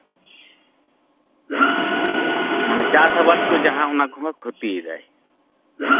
ᱢᱟᱱᱮ ᱪᱟᱥ ᱟᱵᱟᱫ ᱠᱚ ᱡᱟᱦᱟᱸ ᱚᱱᱟ ᱠᱚᱦᱚᱸ ᱠᱷᱩᱛᱤᱭᱮᱫᱟ